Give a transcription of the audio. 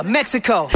Mexico